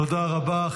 תודה רבה.